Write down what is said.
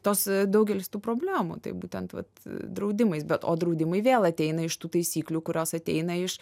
tos daugelis tų problemų tai būtent vat draudimais bet o draudimai vėl ateina iš tų taisyklių kurios ateina iš